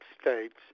states